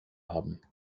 haben